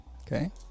Okay